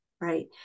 right